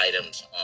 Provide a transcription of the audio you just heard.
items